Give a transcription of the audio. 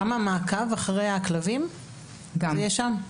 גם המעקב אחרי הכלבים יהיה שם?